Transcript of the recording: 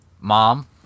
mom